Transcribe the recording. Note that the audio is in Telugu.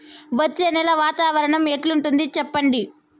వచ్చే నెల వాతావరణం ఎట్లుంటుంది చెప్పండి?